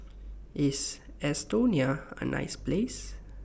IS Estonia A nice Place